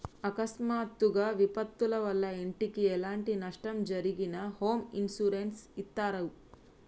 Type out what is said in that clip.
అకస్మాత్తుగా విపత్తుల వల్ల ఇంటికి ఎలాంటి నష్టం జరిగినా హోమ్ ఇన్సూరెన్స్ ఇత్తారు